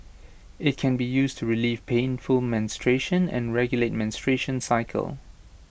IT can be used to relieve painful menstruation and regulate menstruation cycle